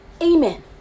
Amen